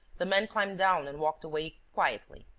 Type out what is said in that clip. the man climbed down and walked away quietly.